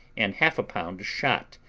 and half a pound of shot,